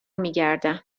میگردم